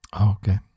Okay